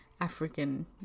African